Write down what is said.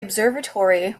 observatory